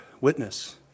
witness